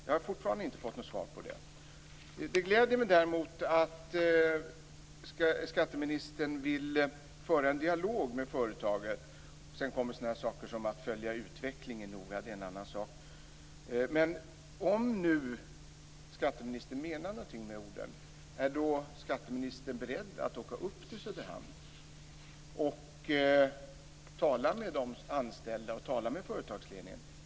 Jag har fortfarande inte fått något svar på den frågan. Det gläder mig däremot att skatteministern vill föra en dialog med företaget - han talar också om att "följa utvecklingen noga", men det är en annan sak. Om nu skatteministern menar något med det han säger, är han då beredd att åka upp till Söderhamn och tala med de anställda och med företagsledningen?